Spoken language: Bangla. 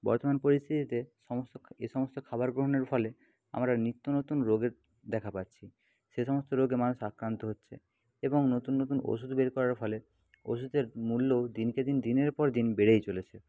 বর্তমান পরিস্থিতিতে সমস্ত যে সমস্ত খাবার গ্রহণের ফলে আমরা নিত্য নতুন রোগের দেখা পাচ্ছি সে সমস্ত রোগে মানুষ আক্রান্ত হচ্ছে এবং নতুন নতুন ওষুধ বের করার ফলে ওষুধের মূল্যও দিনকে দিন দিনের পর দিন বেড়েই চলেছে